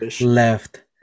Left